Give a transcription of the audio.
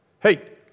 Hey